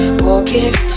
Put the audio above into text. walking